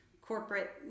corporate